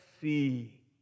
see